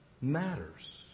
matters